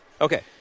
Okay